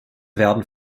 werden